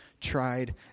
tried